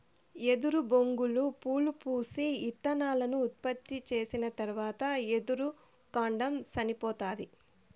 ఎదురు బొంగులు పూలు పూసి, ఇత్తనాలను ఉత్పత్తి చేసిన తరవాత ఎదురు కాండం సనిపోతాది